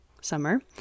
summer